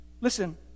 Listen